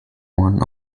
one